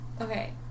Okay